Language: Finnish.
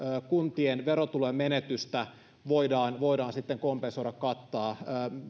kuntien verotulojen menetystä voidaan voidaan sitten kompensoida ja kattaa